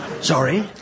Sorry